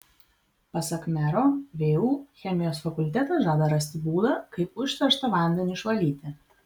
pasak mero vu chemijos fakultetas žada rasti būdą kaip užterštą vandenį išvalyti